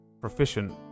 proficient